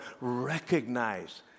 recognize